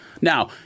Now